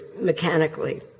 mechanically